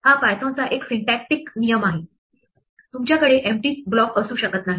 हा पायथनचा एक सिंटॅक्टिक नियम आहे तुमच्याकडे एम्पटी ब्लॉक असू शकत नाही